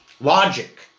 logic